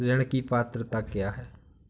ऋण की पात्रता क्या है?